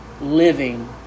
living